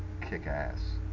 kick-ass